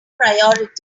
priority